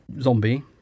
zombie